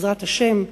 בעזרת השם,